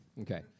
Okay